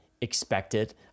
expected